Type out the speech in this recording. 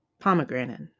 Pomegranate